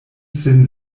sin